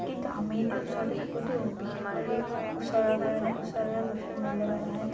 কিন্তু আমি এতিয়া ওচৰতে থাকোঁতো বিশেষ কৰি ওচৰৰ কাৰণে ওচৰৰ বস্তুৰ মূল্য নোহোৱা যেন